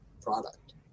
product